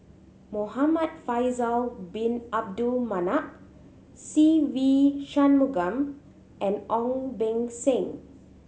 Muhamad Faisal Bin Abdul Manap Se Ve Shanmugam and Ong Beng Seng